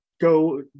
go